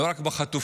לא רק בחטופים,